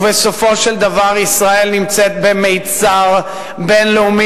ובסופו של דבר, ישראל נמצאת במצר בין-לאומי.